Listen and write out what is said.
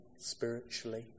spiritually